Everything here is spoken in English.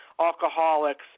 alcoholics